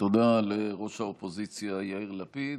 תודה לראש האופוזיציה יאיר לפיד.